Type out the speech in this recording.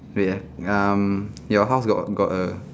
wait ah um your house got a got a